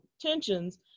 tensions